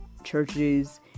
Churches